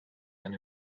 and